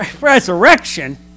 Resurrection